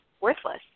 worthless